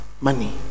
Money